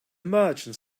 merchant